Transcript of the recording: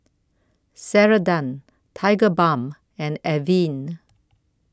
Ceradan Tigerbalm and Avene